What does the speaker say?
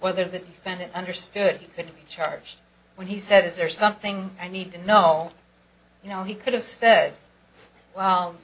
whether the defendant understood it to be charged when he said is there something i need to know you know he could have said well